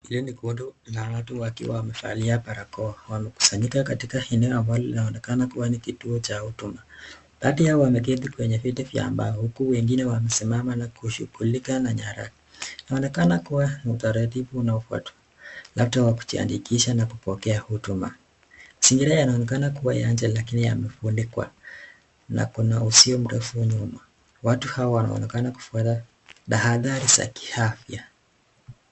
Hili ni kundi la watu wakiwa wamevalia barakoa, wamekusanyika katika eneo ambalo linaonekana kuwa ni kituo cha huduma. Baadhi yao wameketi kwenye viti vya mbao huku wengine wamesimama na kushughulika na nyaraka. Inaonekana kuwa ni utaratibu unaofuatwa labda wa kujisajili na kupokea huduma. Mazingira yanaonekana kuwa ya nje lakini yamefunikwa na kuna uzio mrefu nyuma. Watu hawa wanaonekana kufuata tahadhari za kiafya.